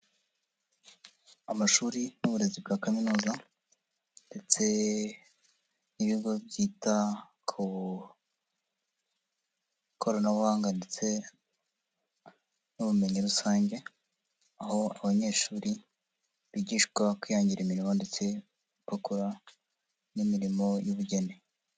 Amashuri n'uburezi bwa kaminuza ndetse n'ibigo byita ku ikoranabuhanga ndetse n'ubumenyi rusange aho abanyeshuri bigishwa kwihangira imirimo ndetse bakora n'imirimo y'ubugeni.